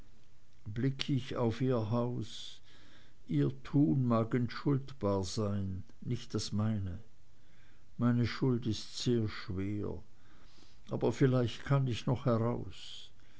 blick ich auf ihr haus ihr tun mag entschuldbar sein nicht das meine meine schuld ist sehr schwer aber vielleicht kann ich noch heraus